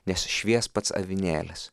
nes švies pats avinėlis